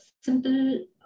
simple